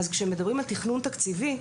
כשמדברים על תכנון תקציבי,